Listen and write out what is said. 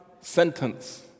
sentence